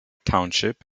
township